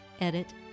Edit